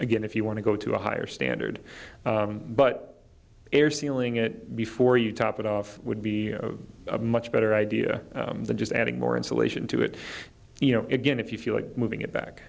again if you want to go to a higher standard but air sealing it before you top it off would be a much better idea than just adding more insulation to it you know again if you feel like moving it back